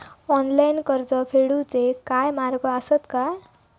Online कर्ज फेडूचे काय मार्ग आसत काय?